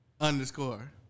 underscore